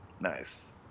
Nice